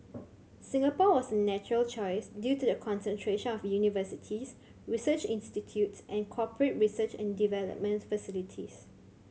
Singapore was a natural choice due to the concentration of universities research institutes and corporate research and development facilities